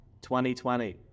2020